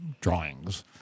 drawings